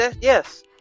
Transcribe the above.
Yes